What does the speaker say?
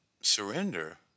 surrender